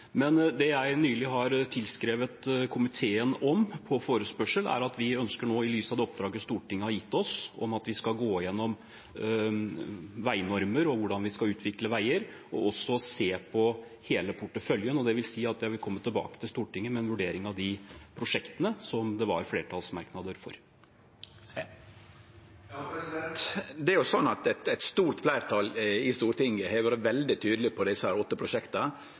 Men det jeg nylig har skrevet til komiteen, på forespørsel, er at vi ønsker nå – i lys av det oppdraget Stortinget har gitt oss, om at vi skal gå igjennom veinormer og hvordan vi skal utvikle veier – også å se på hele porteføljen. Det vil si at jeg vil komme tilbake til Stortinget med en vurdering av de prosjektene som det var flertallsmerknader for.